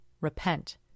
Repent